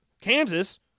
Kansas